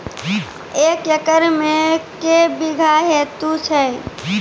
एक एकरऽ मे के बीघा हेतु छै?